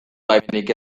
baimenik